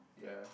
ya